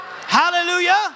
Hallelujah